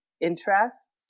interests